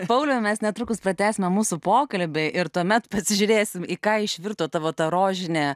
pauliau mes netrukus pratęsime mūsų pokalbį ir tuomet pasižiūrėsim į ką išvirto tavo ta rožinė